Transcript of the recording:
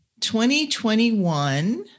2021